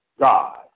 God